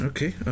Okay